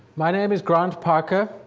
my name is grant parker.